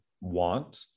want